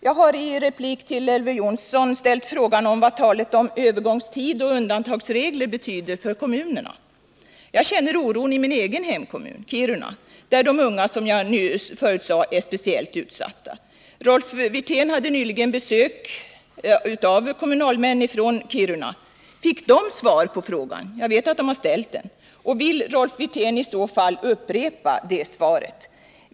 Jag har i replik till Elver Jonsson frågat vad talet om övergångstid och undantagsregler betyder för kommunerna. Jag känner av oron i min hemkommun, Kiruna, där ungdomarna — som jag förut sade — är speciellt utsatta. Rolf Wirtén hade nyligen besök av kommunalmän från Kiruna. Fick de något svar på frågan — jag vet att de har ställt den? Vill Rolf Wirtén i så fall upprepa svaret?